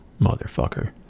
motherfucker